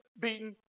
beaten